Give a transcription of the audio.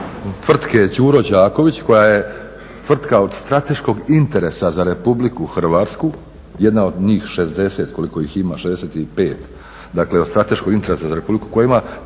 tvrtke Đure Đaković koja je tvrtka od strateškog interesa za Republiku Hrvatsku, jedna od njih 60 koliko ih ima, 65 dakle od strateškog interesa za Republiku, koja ima